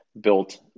built